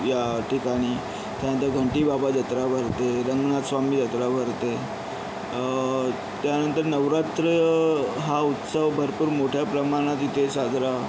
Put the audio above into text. या ठिकाणी त्यानंतर घंटीबाबा जत्रा भरते रंगनाथस्वामी जत्रा भरते त्यानंतर नवरात्र हा उत्सव भरपूर मोठ्या प्रमाणात इथे साजरा